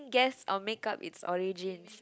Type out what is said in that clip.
guess or makeup its origin